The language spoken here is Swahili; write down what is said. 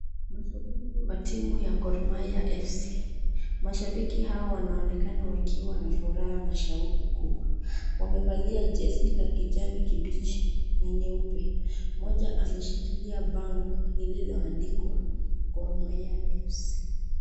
Mashabiki wa timu ya Gor mahia fc. Mashabiki hawa wanaonekana wakiwa na furaha na shauku kubwa, wamevalia jezi la kijani kibichi na nyeupe, mmoja ameshikilia bango lililoandikwa Gor mahia fc